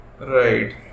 Right